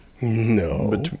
No